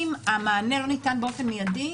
ואם המענה לא ניתן באופן מידי,